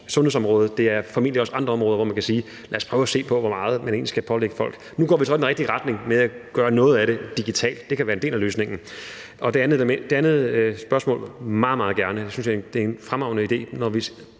sundhedsområde, men det er formentlig også på andre områder, hvor man kan sige: Lad os prøve at se på, hvor meget man egentlig skal pålægge folk. Nu går vi så i den rigtige retning med at gøre noget af det digitalt, og det kan være en del af løsningen. I forhold til det andet spørgsmål: Meget, meget gerne, jeg synes, det er en fremragende idé, hvis vi